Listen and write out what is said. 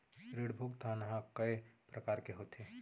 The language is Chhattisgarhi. ऋण भुगतान ह कय प्रकार के होथे?